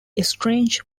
estranged